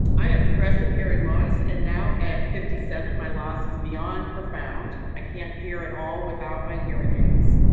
i have progressive hearing loss and now at fifty seven my loss is beyond profound. i can't hear at all without my hearing aids.